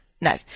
no